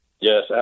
Yes